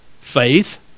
faith